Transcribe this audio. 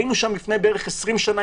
היינו שם בערך לפני 20 שנים,